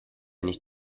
nicht